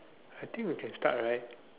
I think we can start right